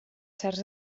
certs